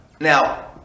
Now